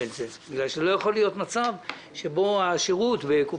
כללית יהיה אחרת מאשר בקופות האחרות.